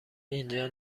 اینجا